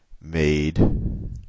made